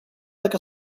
like